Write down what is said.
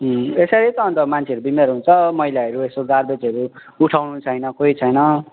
यसरी त अनि त मान्छेहरू बिमारी हुन्छ मैलाहरू यसो गार्बेजहरू उठाउनु छैन कोही छैन